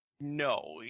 no